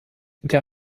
der